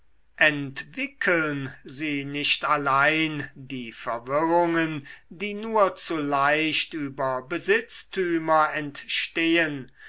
entwickeln sie nicht allein die verwirrungen die nur zu leicht über besitztümer entstehen